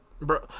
Bro